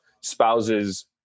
spouses